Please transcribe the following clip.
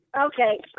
Okay